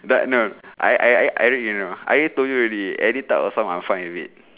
that know I I I I read you know I already told you already any type of song I'm fine with it